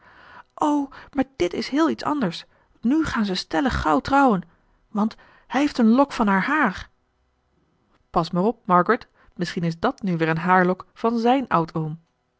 maar dit is heel iets anders nu gaan ze stellig gauw trouwen want hij heeft een lok van haar haar pas maar op margaret misschien is dàt nu weer een haarlok van zijn